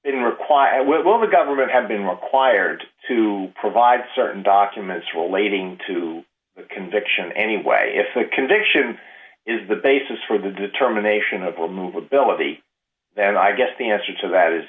necessarily didn't require will the government have been required to provide certain documents relating to conviction anyway if a conviction is the basis for the determination of a movability then i guess the answer to that is